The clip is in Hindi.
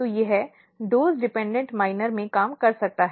तो यह डोस डिपेंडेंट माइनर में काम कर सकता है